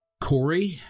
Corey